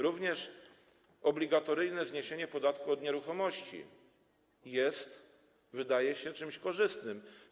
Również obligatoryjne zniesienie podatku od nieruchomości jest, wydaje się, czymś korzystnym.